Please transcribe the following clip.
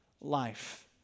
life